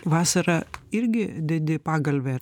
vasarą irgi dedi pagalvę